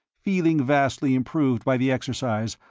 feeling vastly improved by the exercise,